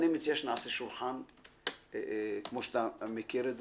סביב שולחן דיונים, כפי שאתה מכיר.